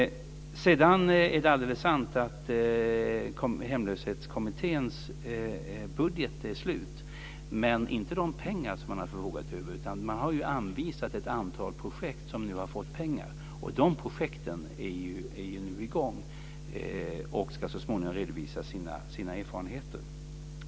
Det är sant att Hemlöshetskommitténs budget är slut, men det är inte de pengar som man har förfogat över. Man har anvisat ett antal projekt som har fått pengar. De projekten är nu i gång och ska så småningom redovisa sina erfarenheter.